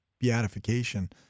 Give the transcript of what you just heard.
beatification